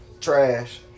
Trash